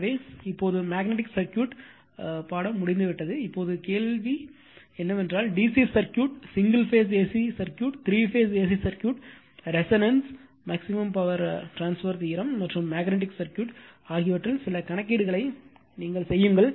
எனவே இப்போது magnetic circuit முடிந்துவிட்டது இப்போது என் கேள்வி என்னவென்றால் DC circuit single phase AC circuit 3 phase AC circuit resonance அதிகபட்ச பவர் பரிமாற்ற தேற்றம் மற்றும் மேக்னெட்டிக் சர்க்யூட் ஆகியவற்றில் சில கணக்கீடுகளை செய்யுங்கள்